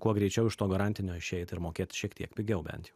kuo greičiau iš to garantinio išeit ir mokėt šiek tiek pigiau bent